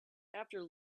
after